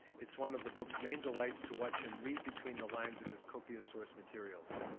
it's one of the book's main delights to watch him read between the lines of his copious source materials.